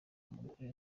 umugore